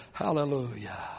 Hallelujah